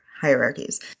hierarchies